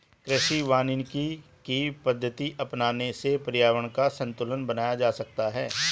कृषि वानिकी की पद्धति अपनाने से पर्यावरण का संतूलन बनाया जा सकता है